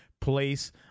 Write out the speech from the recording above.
place